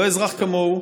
לא אזרח כמוהו.